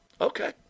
Okay